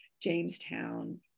Jamestown